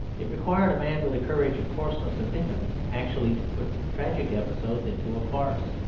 it required a man with the courage and coarseness of dickens actually to put tragic episodes into a farce.